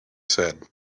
said